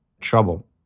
trouble